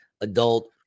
adult